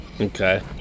Okay